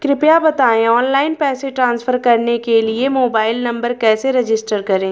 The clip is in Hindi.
कृपया बताएं ऑनलाइन पैसे ट्रांसफर करने के लिए मोबाइल नंबर कैसे रजिस्टर करें?